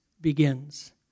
begins